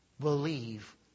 believe